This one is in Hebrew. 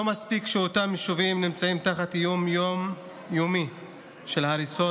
לא מספיק שאותם יישובים נמצאים תחת איום יום-יומי של הריסות,